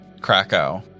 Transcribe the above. Krakow